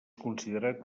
considerat